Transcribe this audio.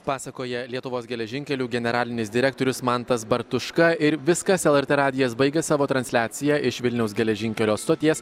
pasakoja lietuvos geležinkelių generalinis direktorius mantas bartuška ir viskas lrt radijas baigia savo transliaciją iš vilniaus geležinkelio stoties